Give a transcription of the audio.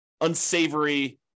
unsavory